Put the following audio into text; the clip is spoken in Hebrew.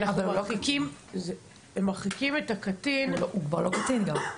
אבל אנחנו מרחיקים את הקטין --- הוא כבר לא קטין גם.